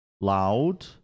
Loud